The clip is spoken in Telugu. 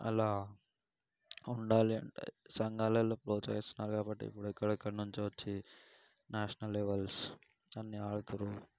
అలా ఉండాలి అంటే సంఘాలల్లో ప్రోత్సహిస్తున్నారు కాబట్టి ఇప్పుడు ఎక్కడెక్కనుంచో వచ్చి న్యాషనల్ లెవెల్స్ అన్నీ ఆడుతున్నారు